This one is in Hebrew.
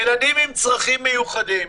ילדים עם צרכים מיוחדים,